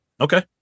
Okay